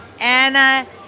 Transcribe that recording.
Anna